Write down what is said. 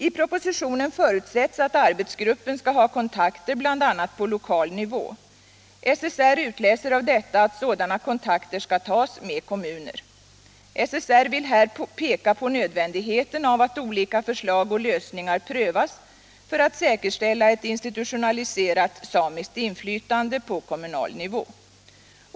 I propositionen förutsätts att arbetsgruppen skall ha kontakter bla på lokal nivå. SSR utläser av detta att sådana kontakter skall tas med kommuner. SSR vill här peka på nödvändigheten av att olika förslag och lösningar prövas för att säkerställa ett institutionaliserat samiskt inflytande på kommunal nivå.